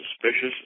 suspicious